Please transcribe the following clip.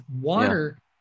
Water